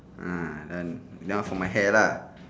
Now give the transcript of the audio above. um then that one for my hair lah